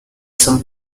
some